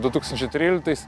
du tūkstančiai tryliktais